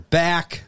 back